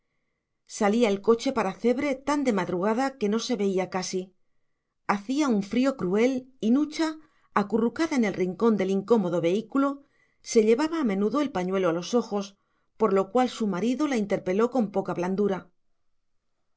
salía el coche para cebre tan de madrugada que no se veía casi hacía un frío cruel y nucha acurrucada en el rincón del incómodo vehículo se llevaba a menudo el pañuelo a los ojos por lo cual su marido la interpeló con poca